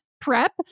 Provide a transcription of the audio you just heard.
prep